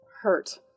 hurt